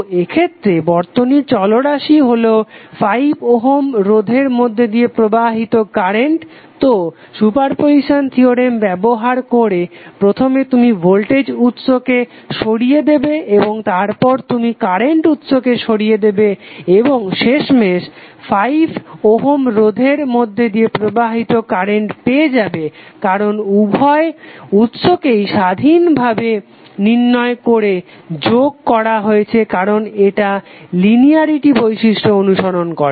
তো এক্ষেত্রে বর্তনীর চলরাশি হলো 5 ওহম রোধের মধ্যে দিয়ে প্রবাহিত কারেন্ট তো সুপারপজিসান থিওরেম ব্যবহার করে প্রথমে তুমি ভোল্টেজ উৎসকে সরিয়ে দেবে এবং তারপর তুমি কারেন্ট উৎসকে সরিয়ে দেবে এবং শেষমেশ 5 ওহম রোধের মধ্যে দিয়ে প্রবাহিত কারেন্ট পেয়ে যাবে কারণ উভয় উৎসকেই স্বাধীন ভাবে নির্ণয় করে যোগ করা হয়েছে কারণ এটা লিনিয়ারিটি বৈশিষ্ট্য অনুসরন করে